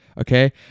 Okay